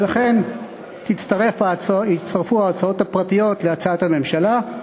ולכן יצטרפו ההצעות הפרטיות להצעת הממשלה.